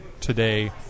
today